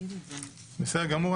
בסדר גמור.